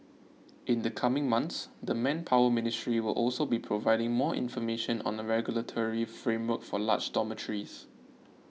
in the coming months the Manpower Ministry will also be providing more information on a regulatory framework for large dormitories